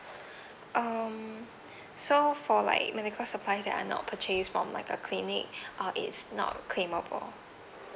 um so for like medical supplies that are not purchase from like a clinic uh it's not claimable